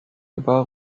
über